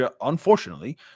unfortunately